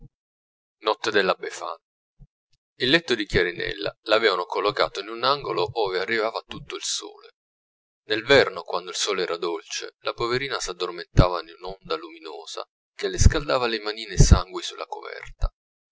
notte della befana il letto di chiarinella l'avevano collocato in un angolo ove arrivava tutto il sole nel verno quando il sole era dolce la poverina s'addormentava in un'onda luminosa che le scaldava le manine esangui sulla coverta